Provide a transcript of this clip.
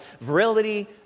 virility